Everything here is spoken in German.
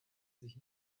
sich